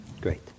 Great